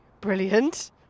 brilliant